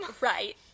Right